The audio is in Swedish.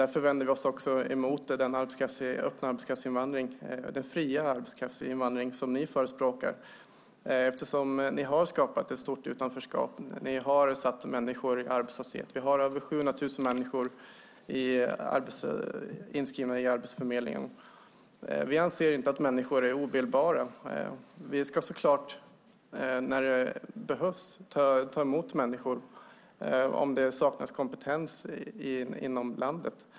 Vi vänder oss också emot den fria arbetskraftsinvandring som ni förespråkar. Ni har skapat ett stort utanförskap och försatt människor i arbetslöshet. Över 700 000 människor är inskrivna på Arbetsförmedlingen. Vi anser inte att människor är obildbara. När det behövs ska vi såklart ta emot människor, till exempel om det saknas kompetens inom landet.